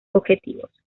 objetivos